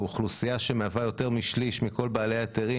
זו אוכלוסייה שמהווה יותר משליש מכל בעלי ההיתרים